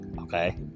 Okay